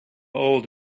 old